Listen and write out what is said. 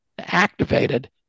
activated